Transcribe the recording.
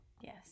Yes